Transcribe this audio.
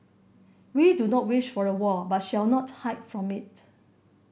we do not wish for a war but shall not hide from it